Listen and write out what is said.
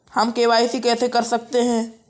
हम के.वाई.सी कैसे कर सकते हैं?